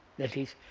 that is,